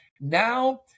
now